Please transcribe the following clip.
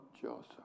Joseph